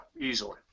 easily